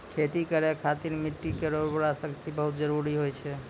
खेती करै खातिर मिट्टी केरो उर्वरा शक्ति बहुत जरूरी होय छै